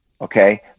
Okay